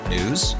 News